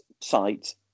site